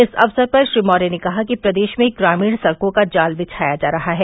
इस अवसर पर श्री मौर्य ने कहा कि प्रदेश में ग्रामीण सड़कों का जाल बिछाया जा रहा है